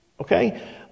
Okay